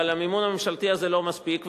אבל המימון הממשלתי הזה לא מספיק,